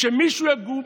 שמישהו יקום,